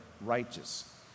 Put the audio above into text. righteous